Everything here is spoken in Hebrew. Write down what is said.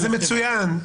זה מצוין.